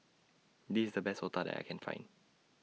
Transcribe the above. This IS The Best Otah that I Can Find